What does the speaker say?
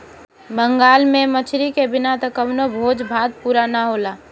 बंगाल में मछरी के बिना त कवनो भोज भात पुरे ना होला